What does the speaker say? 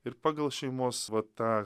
ir pagal šeimos va tą